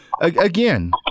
again